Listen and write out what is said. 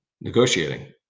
negotiating